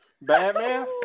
Batman